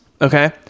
Okay